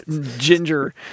ginger